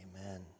Amen